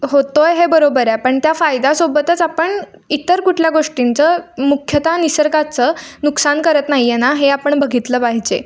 होतो आहे हे बरोबर आहे पण त्या फायद्यासोबतच आपण इतर कुठल्या गोष्टींचं मुख्यतः निसर्गाचं नुकसान करत नाही आहे ना हे आपण बघितलं पाहिजे